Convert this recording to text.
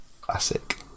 Classic